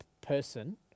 person